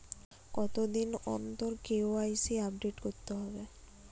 কতদিন অন্তর KYC update করতে হবে?